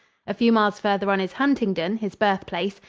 a few miles farther on is huntingdon, his birthplace.